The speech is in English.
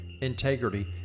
integrity